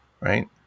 right